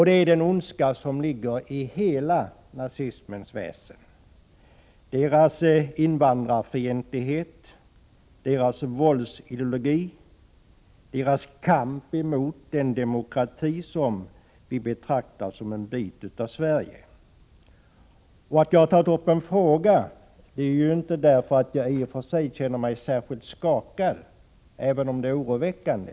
Det är den ondska som ligger i hela nazismens väsen — nazisternas invandrarfientlighet, deras våldsideologi, deras kamp mot den demokrati som vi betraktar som en bit av Sverige. Att jag ställt denna fråga beror inte i och för sig på att jag känner mig särskilt skakad, även om det som hänt är oroväckande.